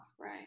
right